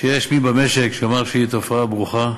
שיש במשק מי שיאמר שהיא תופעה ברוכה,